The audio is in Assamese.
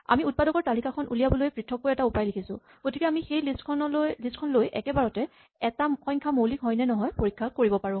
আমি উৎপাদকৰ তালিকাখন উলিয়াবলৈ পৃথককৈ এটা উপায় লিখিছো গতিকে আমি সেই লিষ্ট খন লৈ একেবাৰতে এটা সংখ্যা মৌলিক হয় নে নহয় পৰীক্ষা কৰিব পাৰো